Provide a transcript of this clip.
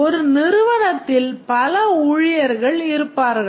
ஒரு நிறுவனத்தில் பல ஊழியர்கள் இருப்பார்கள்